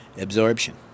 absorption